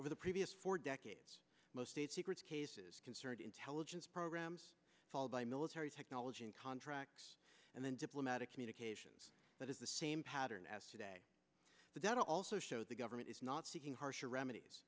over the previous four decades most state secrets cases concerned intelligence programs followed by military technology and contracts and then diplomatic communications that is the same pattern as today but that also shows the government is not seeking harsher remedies